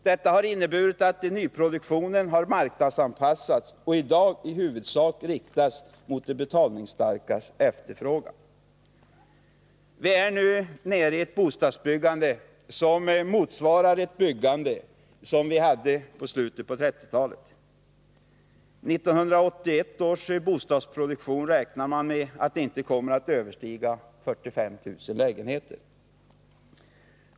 Detta har inneburit att nyproduktionen har marknadsanpassats och i dag i huvudsak riktas mot de betalningsstarkas efterfrågan. Vi är nu nere i ett bostadsbyggande som motsvarar det byggande som vi hade i slutet av 1930-talet. Man räknar med att 1981 års bostadsproduktion inte kommer att överstiga 45 000 lägenheter.